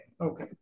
okay